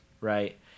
right